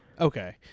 okay